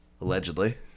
Allegedly